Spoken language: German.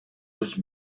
durch